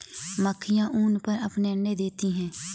मक्खियाँ ऊन पर अपने अंडे देती हैं